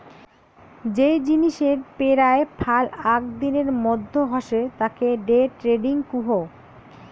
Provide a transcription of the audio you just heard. যেই জিনিসের পেরায় ফাল আক দিনের মধ্যে হসে তাকে ডে ট্রেডিং কুহ